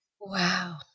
Wow